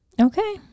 Okay